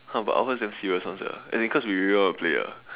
!huh! but ours damn serious [one] sia as in cause we really want to play ah